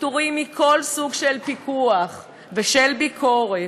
שפטורים מכל סוג של פיקוח ושל ביקורת,